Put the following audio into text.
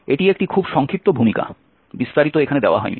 এটি একটি খুব সংক্ষিপ্ত ভূমিকা বিস্তারিত এখানে দেওয়া হয়নি